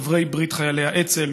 חברי ברית חיילי האצ"ל,